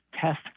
test